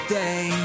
day